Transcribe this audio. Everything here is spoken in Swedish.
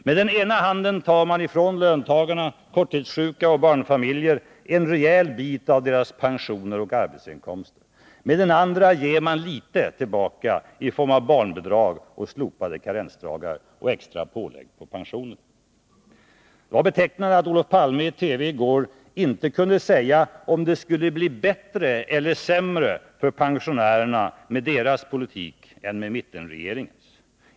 Med den ena handen tar man ifrån löntagare, korttidssjuka och barnfamiljer en rejäl bit av deras pensioner och arbetsinkomster. Med den andra ger man litet tillbaka i form av barnbidrag, slopade karensdagar och extra pålägg på pensionerna. Det var betecknande att Olof Palme i TV i går inte kunde säga om det skulle bli bättre eller sämre för pensionärerna med deras politik än med mittenregeringens.